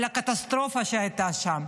על הקטסטרופה שהייתה שם,